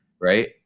Right